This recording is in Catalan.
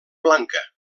blanca